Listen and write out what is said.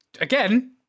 again